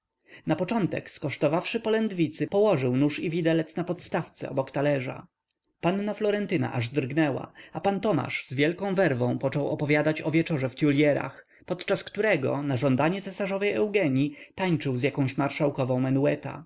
przy stole napoczątek skosztowawszy polędwicy położył nóż i widelec na podstawce obok talerza panna florentyna aż drgnęła a pan tomasz z wielką werwą począł opowiadać o wieczorze w tiuileryach podczas którego na żądanie cesarzowej eugenii tańczył z jakąś marszałkową